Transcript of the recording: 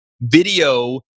video